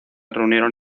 reunieron